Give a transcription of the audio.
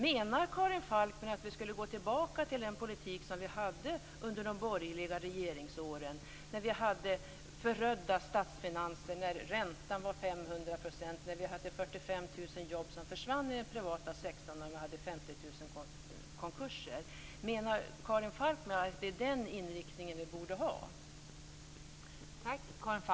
Menar Karin Falkmer att vi skall gå tillbaka till den politik som vi hade under de borgerliga regeringsåren? Då hade vi förödda statsfinanser. Räntan var 500 %. Vi hade 45 000 jobb som försvann i den privata sektorn, och vi hade 50 000 konkurser. Menar Karin Falkmer att det är den inriktningen vi borde ha?